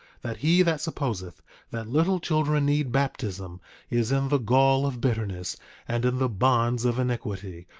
that he that supposeth that little children need baptism is in the gall of bitterness and in the bonds of iniquity,